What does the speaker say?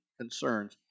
concerns